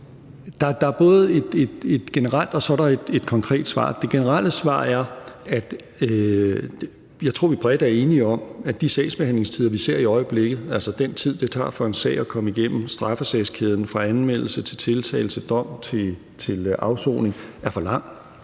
Der er både et generelt og et konkret svar. Det generelle svar er, at jeg tror, at vi bredt er enige om, at de sagsbehandlingstider, vi ser i øjeblikket, altså den tid, det tager for en sag at komme igennem straffesagskæden fra anmeldelse over tiltale til dom og afsoning, er for lang.